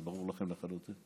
זה ברור לכם לחלוטין.